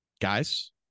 Guys